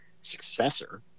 successor